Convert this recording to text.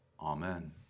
Amen